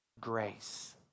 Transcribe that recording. grace